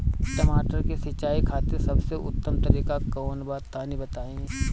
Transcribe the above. टमाटर के सिंचाई खातिर सबसे उत्तम तरीका कौंन बा तनि बताई?